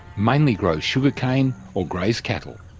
mainly grow sugar cane or graze cattle.